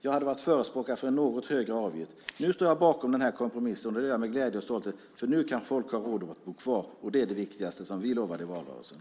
Jag hade varit förespråkare för en något högre avgift. Nu står jag bakom den här kompromissen, och det gör jag med glädje och stolthet. Nu kan folk ha råd att bo kvar, och det var det viktigaste som vi lovade i valrörelsen.